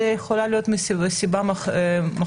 זו יכולה להיות נסיבה מחמירה.